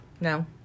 No